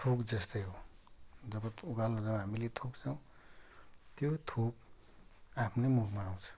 थुकजस्तै हो जब उकालो जब हामीले थुक्छौँ त्यो थुक आफ्नै मुखमा आउँछ